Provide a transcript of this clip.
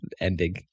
ending